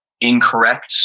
incorrect